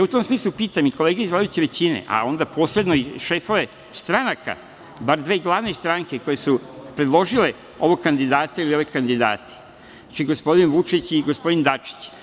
U tom smislu pitam i kolege iz vladajuće većine, a onda posebno i šefove stranaka, bar dve glavne stranke koje su predložile ovog kandidata ili ove kandidate, znači gospodin Vučić i gospodin Dačić.